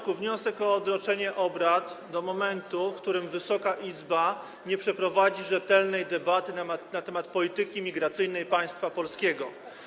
Składam wniosek o odroczenie obrad do momentu, w którym Wysoka Izba przeprowadzi rzetelną debatę na temat polityki migracyjnej państwa polskiego.